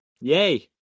Yay